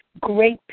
Great